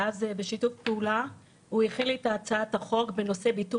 ואז בשיתוף פעולה הוא הכין לי את הצעת החוק בנושא ביטול